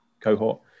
cohort